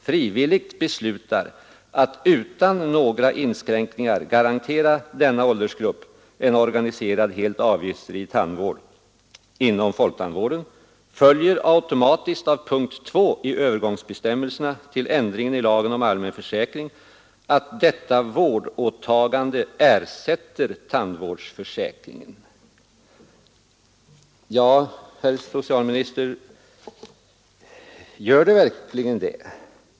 — ”frivilligt beslutar att utan några inskränkningar garantera denna åldersgrupp en organiserad helt avgiftsfri tandvård inom folktandvården följer automatiskt av punkt 2 i övergångsbestämmelserna till ändringarna i lagen om allmän försäkring att detta vårdåtagande” — jag understryker ersätter — ”tandvårdsförsäkringen.” Ja, herr socialminister, gör det verkligen det?